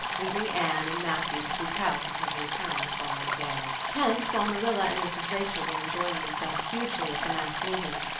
leaving anne and matthew to keep house until her return the following day. hence, while marilla and mrs. rachel were enjoying themselves hugely at the mass meeting,